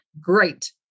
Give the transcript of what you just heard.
great